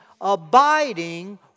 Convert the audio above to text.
abiding